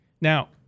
Now